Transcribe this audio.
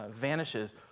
vanishes